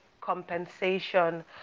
compensation